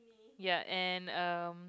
ya and um